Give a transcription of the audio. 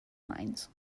mines